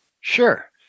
Sure